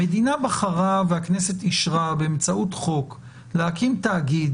המדינה בחרה והכנסת אישרה באמצעות חוק להקים תאגיד